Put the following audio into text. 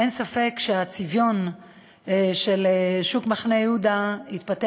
אין ספק שהצביון של שוק מחנה-יהודה התפתח